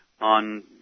on